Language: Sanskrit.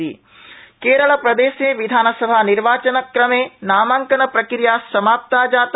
करल नामांकन केरलप्रदेशे विधानसभानिर्वाचनक्रमे नामांकन प्रक्रिया सामाप्ता जाता